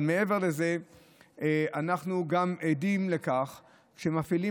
אבל מעבר לזה אנחנו גם עדים לכך שמפעילים